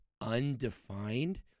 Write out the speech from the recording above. undefined